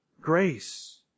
grace